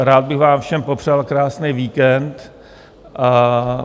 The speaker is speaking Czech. Rád bych vám všem popřál krásný víkend.